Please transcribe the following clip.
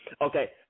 Okay